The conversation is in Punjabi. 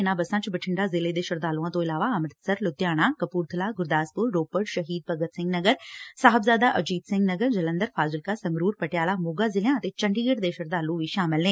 ਇੰਨੁਾਂ ਬੱਸਾਂ ਵਿਚ ਬਠਿੰਡਾ ਜ਼ਿਲ੍ਹੇ ਦੇ ਸ਼ਰਧਾਲੂਆਂ ਤੋਂ ਇਲਾਵਾ ਅੰਮ੍ਤਿਤਸਰ ਲੁਧਿਆਣਾ ਕਪੂਰਥਲਾ ਗੁਰਦਾਸਪੁਰ ਰੋਪੜ ਸ਼ਹੀਦ ਭਗਤ ਸਿੰਘ ਨਗਰ ਸਾਹਿਬਜਾਦਾ ਅਜੀਤ ਸਿੰਘ ਨਗਰ ਜਲੰਧਰ ਫਾਜ਼ਿਲਕਾ ਸੰਗਰੂਰ ਪਟਿਆਲਾ ਮੋਗਾ ਜ਼ਿਲ੍ਹਿਆਂ ਅਤੇ ਚੰਡੀਗੜੁ ਦੇ ਸ਼ਰਧਾਲੂ ਵੀ ਆਏ ਨੇ